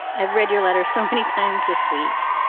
i've read your letters so many times this week.